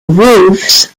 roofs